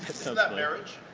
so that marriage.